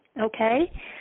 Okay